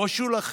בושו לכם.